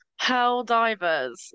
Helldivers